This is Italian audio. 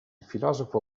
filosofo